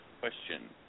question